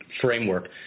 Framework